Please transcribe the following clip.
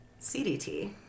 CDT